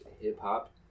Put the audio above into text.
hip-hop